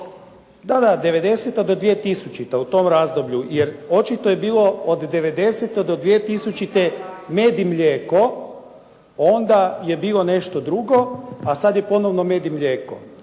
Da 90. do 2000. u tom razdoblju jer očito je bilo od 90. do 2000. med i mlijeko, onda je bilo nešto drugo a sad je ponovno med i mlijeko.